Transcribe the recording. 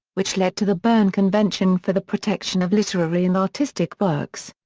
which led to the berne convention for the protection of literary and artistic works.